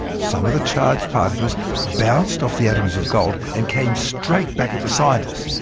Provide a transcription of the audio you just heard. some of the charged particles bounced off the atoms of gold and came straight back at the scientists.